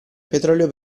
petrolio